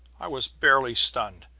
i was barely stunned.